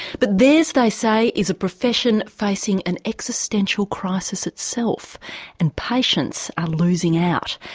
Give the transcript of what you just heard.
but theirs, they say, is a profession facing an existential crisis itself and patients are losing out.